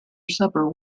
supper